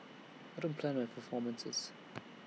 I don't plan my performances